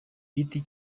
giti